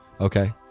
Okay